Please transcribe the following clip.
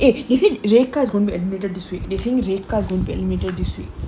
if he's in rekha's won't be admitted this week they saying rekha's won't be eliminated this week